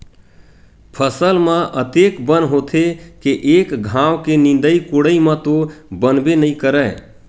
फसल म अतेक बन होथे के एक घांव के निंदई कोड़ई म तो बनबे नइ करय